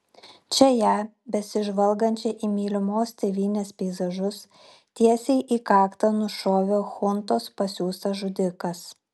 čia ją besižvalgančią į mylimos tėvynės peizažus tiesiai į kaktą nušovė chuntos pasiųstas žudikas